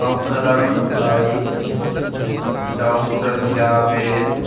اکرم بھائی ڈاکٹر جاوید